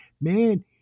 man